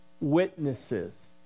witnesses